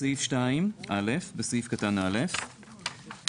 בסעיף 2 - (א) בסעיף קטן (א) - (1)